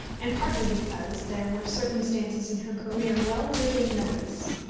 and partly because there were circumstances in her career well worthy of notice.